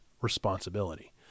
responsibility